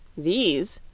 these,